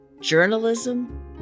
journalism